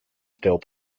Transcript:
still